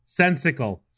Sensical